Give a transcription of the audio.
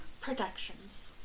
Productions